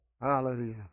Hallelujah